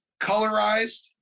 colorized